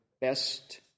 best